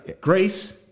Grace